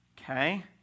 Okay